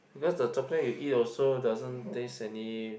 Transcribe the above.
because the chocolate you eat also doesn't taste any